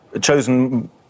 chosen